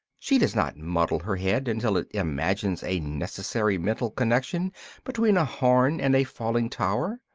she does not muddle her head until it imagines a necessary mental connection between a horn and a falling tower.